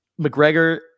McGregor